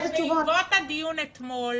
אבל בעקבות הדיון אתמול